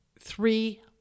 three